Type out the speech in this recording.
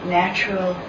natural